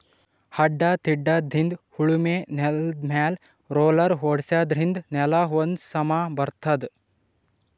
ಅಡ್ಡಾ ತಿಡ್ಡಾಇದ್ದಿದ್ ಉಳಮೆ ನೆಲ್ದಮ್ಯಾಲ್ ರೊಲ್ಲರ್ ಓಡ್ಸಾದ್ರಿನ್ದ ನೆಲಾ ಒಂದ್ ಸಮಾ ಬರ್ತದ್